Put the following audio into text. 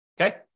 okay